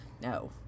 No